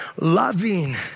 loving